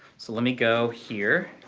so let me go here,